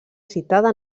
citada